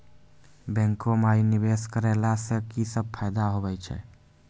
बैंको माई निवेश कराला से की सब फ़ायदा हो छै?